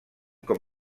com